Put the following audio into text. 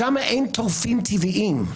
שם אין טורפים טבעיים,